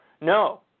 no